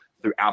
throughout